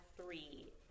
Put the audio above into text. three